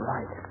Right